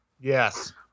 Yes